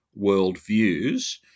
worldviews